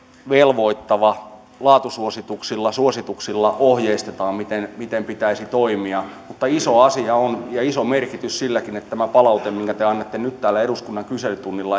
velvoittava laatusuosituksilla suosituksilla ohjeistetaan miten miten pitäisi toimia mutta iso asia on se ja iso merkitys on silläkin että esimiehet saisivat tietää tämän palautteen minkä te annatte nyt täällä eduskunnan kyselytunnilla